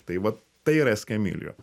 tai va tai yra eskamilijo